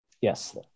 Yes